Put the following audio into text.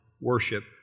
worship